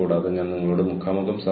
കൂടാതെ ഈ ഡ്രംസ് ഒരുമിച്ചായിരുന്നു